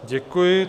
Děkuji.